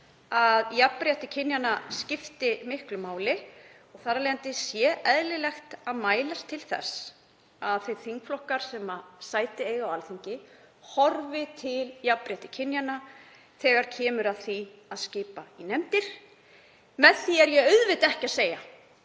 að jafnrétti kynjanna skipti miklu máli og þar af leiðandi sé eðlilegt að mælast til þess að þingflokkar sem sæti eiga á Alþingi horfi til jafnréttis kynjanna þegar kemur að því að skipa í nefndir. Með því er ég auðvitað ekki að segja